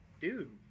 dude